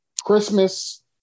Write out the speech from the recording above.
Christmas